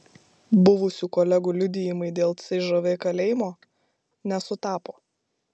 buvusių kolegų liudijimai dėl cžv kalėjimo nesutapo